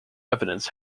evidence